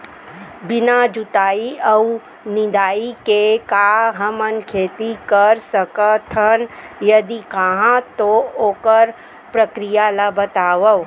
बिना जुताई अऊ निंदाई के का हमन खेती कर सकथन, यदि कहाँ तो ओखर प्रक्रिया ला बतावव?